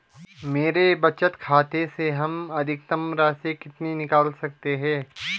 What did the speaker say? मेरे बचत खाते से हम अधिकतम राशि कितनी निकाल सकते हैं?